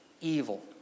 evil